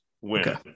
Win